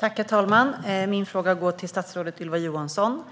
Herr talman! Min fråga går till statsrådet Ylva Johansson.